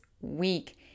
week